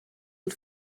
und